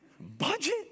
Budget